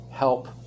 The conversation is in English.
Help